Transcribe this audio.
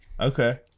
Okay